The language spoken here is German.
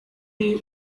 die